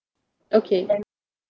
okay